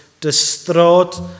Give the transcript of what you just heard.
distraught